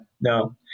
No